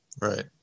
Right